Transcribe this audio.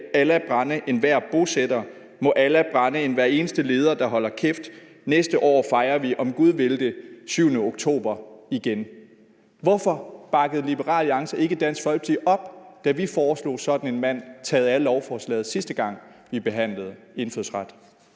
Allah brænde enhver bosætter. Må Allah brænde hver eneste leder, der holder kæft. Næste år fejrer vi, om gud vil det, 7. oktober igen. Hvorfor bakkede Liberal Alliance ikke Dansk Folkeparti op, da vi foreslog sådan en mand taget af lovforslaget, sidste gang vi behandlede indfødsret?